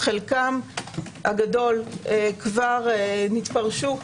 חלקם הגדול כבר נתפרשו